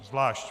Zvlášť.